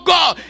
God